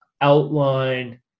outline